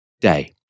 day